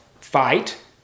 fight